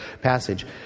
passage